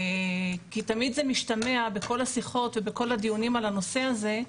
כי תמיד זה משתמע מכל השיחות והדיונים על הנושא הזה,